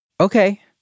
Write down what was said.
Okay